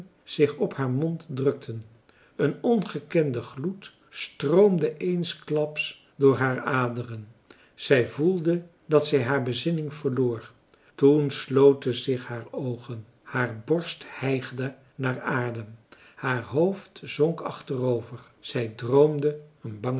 zich op haar mond drukten een ongekende gloed stroomde eensklaps door haar aderen zij voelde dat zij haar bezinning verloor toen sloten zich haar oogen haar borst hijgde naar adem haar hoofd zonk achterover zij droomde een